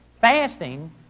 Fasting